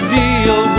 deal